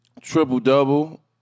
triple-double